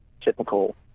typical